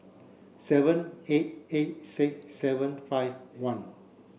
seven eight eight six seven five one